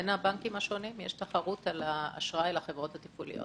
בין הבנקים השונים יש תחרות על האשראי לחברות התפעוליות.